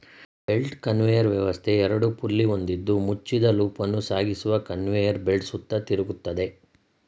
belt conveyor ವ್ಯವಸ್ಥೆ ಎರಡು pulley ಹೊಂದಿದ್ದು ಮುಚ್ಚಿದ ಲೂಪನ್ನು ಸಾಗಿಸುವ ಕನ್ವೇಯರ್ ಬೆಲ್ಟ್ ಸುತ್ತ ತಿರುಗ್ತದೆ